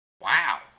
Wow